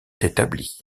établie